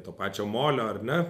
to pačio molio ar ne